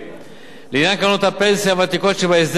הקדמתו של גיל הפרישה מגדילה את ההתחייבות